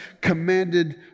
commanded